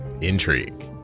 intrigue